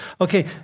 okay